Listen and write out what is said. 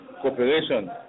cooperation